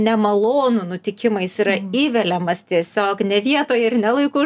nemalonų nutikimą jis yra įveliamas tiesiog ne vietoje ir ne laiku